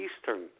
Eastern